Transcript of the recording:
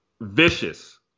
vicious